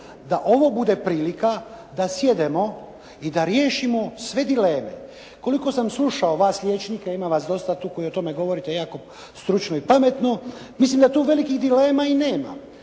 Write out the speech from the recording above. da ovo bude prilika da sjednemo i da riješimo sve dileme. Koliko sam slušao vas liječnike ima vas dosta tu koji o tome govorite jako stručno i pametno mislim da tu velikih dilema i nema.